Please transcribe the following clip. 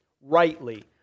rightly